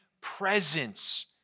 presence